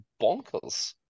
bonkers